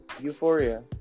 Euphoria